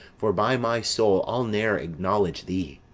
for, by my soul, i'll ne'er acknowledge thee,